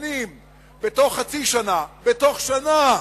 מתכוונים בתוך חצי שנה, בתוך שנה,